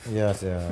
ya sia